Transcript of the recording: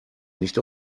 nicht